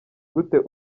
gute